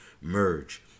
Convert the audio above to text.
merge